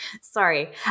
Sorry